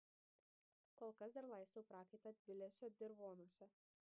kol kas dar laistau prakaitą tbilisio dirvonuose